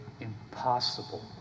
impossible